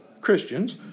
Christians